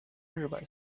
日本